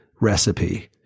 recipe